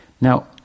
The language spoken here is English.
Now